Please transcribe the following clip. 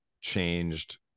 changed